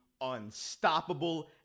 unstoppable